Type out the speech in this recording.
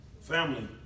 Family